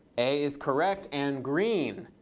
a is correct, and green.